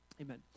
Amen